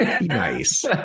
Nice